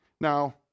Now